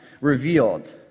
revealed